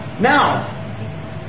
Now